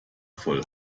voll